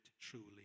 truly